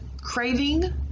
craving